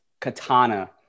katana